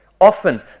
Often